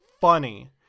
funny